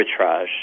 arbitrage